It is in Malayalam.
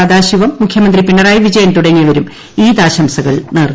സദാശിവം മുഖ്യമന്ത്രി പിണറായി വിജയൻ തുടങ്ങിയവരും ഈദ് ആശംസകൾ നേർന്നു